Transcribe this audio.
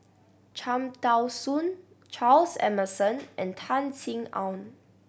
Cham Tao Soon Charles Emmerson and Tan Sin Aun